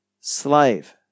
slave